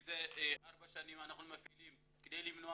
שזה ארבע שנים אנחנו מפעילים כדי למנוע